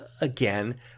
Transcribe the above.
again